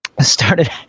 started